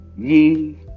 Ye